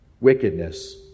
wickedness